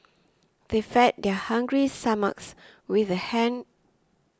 they fed their hungry stomachs with the ham